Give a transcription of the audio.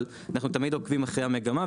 אבל אנחנו תמיד עוקבים אחרי המגמה,